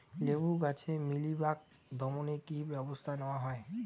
লেবু গাছে মিলিবাগ দমনে কী কী ব্যবস্থা নেওয়া হয়?